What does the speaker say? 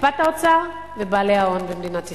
קופת האוצר ובעלי ההון במדינת ישראל.